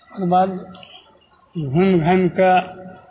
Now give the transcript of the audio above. ओकर बाद घुमि घामि कऽ